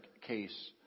case